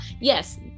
yes